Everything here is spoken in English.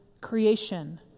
creation